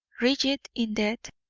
rigid in death,